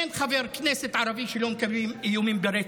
אין חבר כנסת ערבי שלא מקבל איומים ברצח,